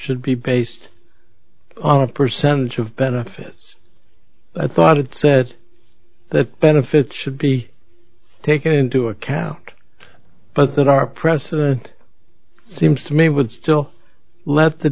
should be based on a percentage of benefits i thought it said that benefits should be taken into account but that our president seems to me would still let the